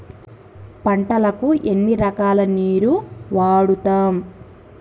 పంటలకు ఎన్ని రకాల నీరు వాడుతం?